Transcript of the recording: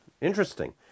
Interesting